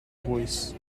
voice